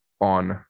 on